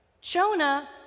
Jonah